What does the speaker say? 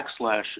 backslash